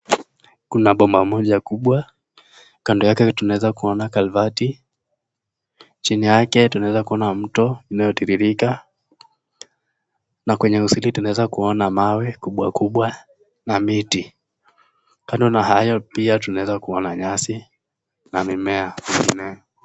Kuna boma mmoja kubwa, kando yake tunaweza kuona kalvati, chini yake tunaweza kuona mto inayotiririka, na kwenye msitu tunaweza kuona mawe kubwa kubwa na miti, kando na hayo tunaweza pia kuona nyasi na mimea.